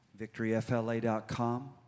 VictoryFLA.com